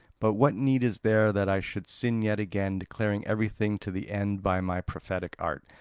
but what need is there that i should sin yet again declaring everything to the end by my prophetic art?